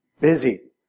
Busy